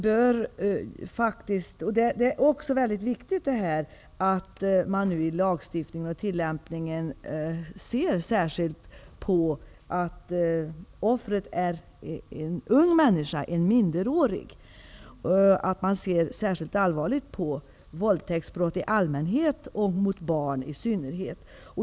Det är också mycket viktigt att man nu i lagstiftningen och tillämpningen av lagen ser särskilt allvarligt på att offret är en ung människa, en minderårig, vid våldtäktsbrott i allmänhet och mot barn i synnerhet.